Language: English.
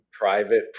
private